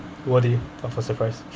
worthy of a surprise